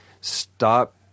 stop